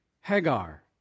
Hagar